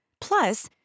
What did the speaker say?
Plus